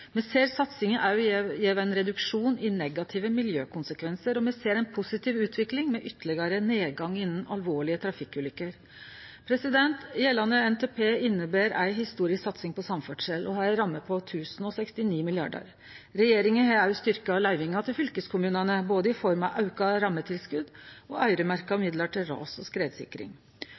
Me ser at satsinga også gjev ein reduksjon i negative miljøkonsekvensar, og me ser ei positiv utvikling med ytterlegare nedgang i alvorlege trafikkulykker. Gjeldande NTP inneber ei historisk satsing på samferdsel og har ei ramme på 1 069 mrd. kr. Regjeringa har også styrkt løyvinga til fylkeskommunane både i form av auka rammetilskot og øyremerkte midlar til ras- og skredsikring.